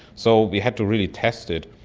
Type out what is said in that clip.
so we had to really test it.